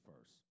first